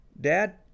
Dad